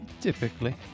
Typically